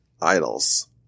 idols